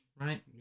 Right